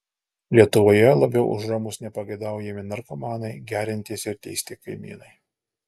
lietuvoje labiau už romus nepageidaujami narkomanai geriantys ir teisti kaimynai